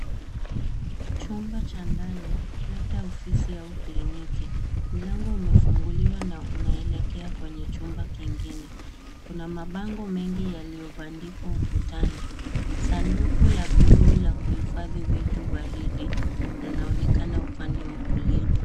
Chumba cha ndani, labda ofisi au kliniki. Mlango umefunguliwa na unaelekea kwenye chumba kingine. Kuna mabango mengi yaliyobandikwa ukutani. Sanduku la buluu la kuhifadhi vitu baridi linaonekana upande wa kulia.